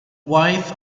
wife